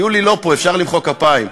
יולי לא פה, אפשר למחוא כפיים.